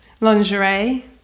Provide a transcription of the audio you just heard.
lingerie